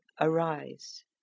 arise